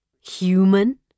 Human